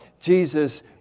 Jesus